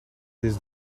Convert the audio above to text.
this